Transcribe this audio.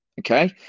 Okay